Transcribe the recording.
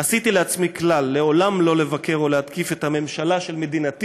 "עשיתי לעצמי כלל: לעולם לא לבקר או להתקיף את הממשלה של מדינתי